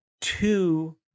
two